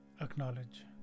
Acknowledge